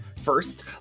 first